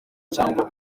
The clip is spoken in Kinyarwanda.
cyangwa